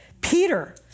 Peter